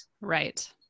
Right